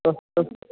മ്മ് മ്മ്